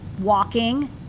walking